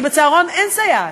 כי בצהרון אין סייעת.